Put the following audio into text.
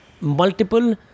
multiple